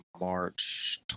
March